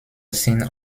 sind